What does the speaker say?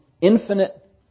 infinite